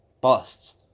busts